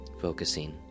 focusing